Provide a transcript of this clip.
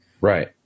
Right